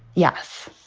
yes,